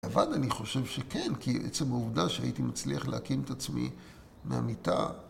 אבל אני חושב שכן, כי עצם העובדה שהייתי מצליח להקים את עצמי מהמיטה